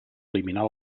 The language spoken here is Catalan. eliminar